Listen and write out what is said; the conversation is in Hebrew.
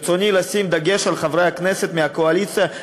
ברצוני לשים דגש על חברי הכנסת מהקואליציה,